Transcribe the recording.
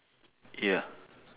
ya